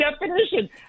definition